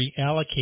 reallocate